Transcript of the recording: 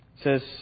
says